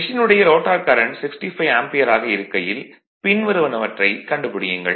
மெஷினுடைய rotor current 65 ampere ஆக இருக்கையில் பின்வருவனவற்றைக் கண்டுபிடியுங்கள்